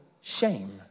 shame